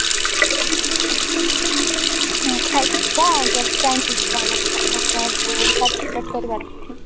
ହଁ ଖାଇକି ଯିବା ଆଉ ଯଦି ଟାଇମ୍ ହୋଇଯିବ ଆମର ଯୋଉ ପାର୍ଟିସିପେଟ୍ କରିବାର ଅଛି